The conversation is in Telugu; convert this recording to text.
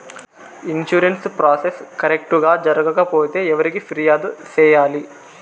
ఇన్సూరెన్సు ప్రాసెస్ కరెక్టు గా జరగకపోతే ఎవరికి ఫిర్యాదు సేయాలి